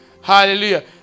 Hallelujah